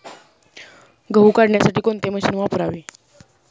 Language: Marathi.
गहू काढण्यासाठी कोणते मशीन वापरावे?